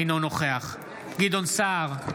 אינו נוכח גדעון סער,